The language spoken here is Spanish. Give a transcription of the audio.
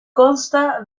consta